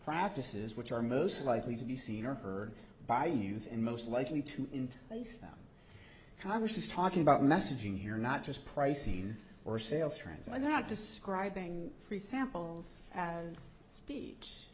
practices which are most likely to be seen or heard by youth and most likely to use them congress is talking about messaging here not just pricing or sales trends i'm not describing free samples as speech